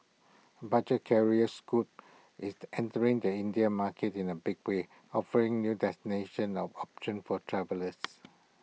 budget carrier scoot is entering the Indian market in A big way offering new destinations of options for travellers